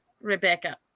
Rebecca